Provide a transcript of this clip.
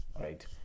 right